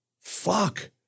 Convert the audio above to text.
Fuck